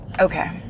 Okay